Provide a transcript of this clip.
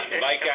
Mike